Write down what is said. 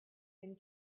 been